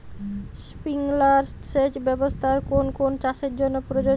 Sprinkler সেচ ব্যবস্থার কোন কোন চাষের জন্য প্রযোজ্য?